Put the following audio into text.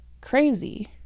crazy